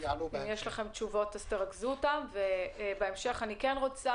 אני רוצה